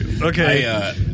okay